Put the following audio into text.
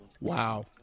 Wow